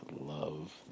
love